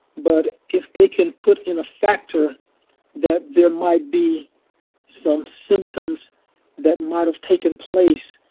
but if they can put in a factor that there might be some symptoms that might have taken place.